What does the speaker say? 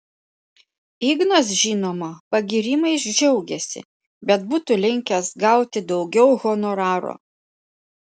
ignas žinoma pagyrimais džiaugėsi bet būtų linkęs gauti daugiau honoraro